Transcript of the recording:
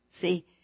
see